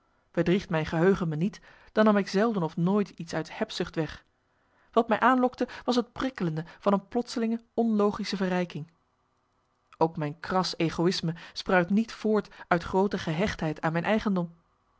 bedriegt mijn geheugen me niet dan nam ik zelden of nooit iets uit hebzucht weg wat mij aanlokte was het prikkelende van een plotselinge onlogische verrijking ook mijn kras egoïsme spruit niet voort uit groote gehechtheid aan mijn eigendom